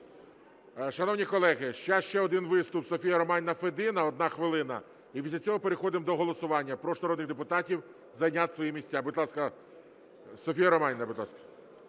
Шановні колеги, сейчас ще один виступ – Софія Романівна Федина, одна хвилина. І після цього переходимо до голосування. Прошу народних депутатів зайняти свої місця. Будь ласка. Софіє Романівно, будь ласка.